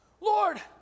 Lord